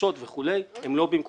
הכפשות וכו', הן לא במקומן.